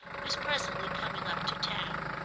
was presently coming up to town.